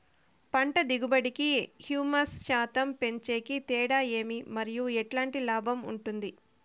పంట దిగుబడి కి, హ్యూమస్ శాతం పెంచేకి తేడా ఏమి? మరియు ఎట్లాంటి లాభం ఉంటుంది?